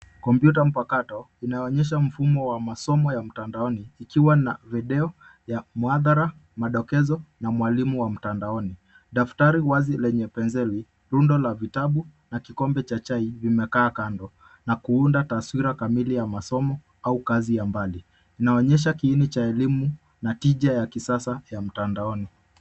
Kompyuta mpakato, inayoonyesha mfumo wa masomo ya mtandaoni, ikiwa na video ya muhadhara, madokezo na mwalimu wa mtandaoni. Daftari wazi lenye penseli, rundo la vitabu na kikombe cha chai vimekaa kando, na kuunda tawira kamili ya masomo au kazi ya mbali. Inaonyesha kiini cha elimu na tija ya kisasa ya mtandaoni.